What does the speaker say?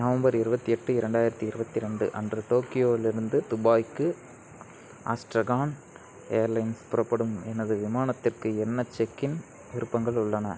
November இருபத்தி எட்டு இரண்டாயிரத்தி இருபத்தி ரெண்டு அன்று டோக்கியோவிலிருந்து துபாய்க்கு ஆஸ்ட்ரகான் ஏர்லைன்ஸ் புறப்படும் எனது விமானத்திற்கு என்ன செக்கின் விருப்பங்கள் உள்ளன